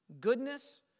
goodness